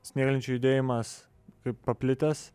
snieglenčių judėjimas kaip paplitęs